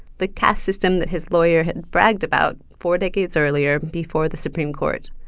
the caste system that his lawyer had bragged about four decades earlier before the supreme court.